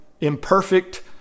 imperfect